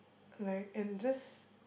like and just